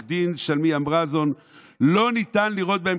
עו"ד שלומי אברמזון: לא ניתן לראות בהם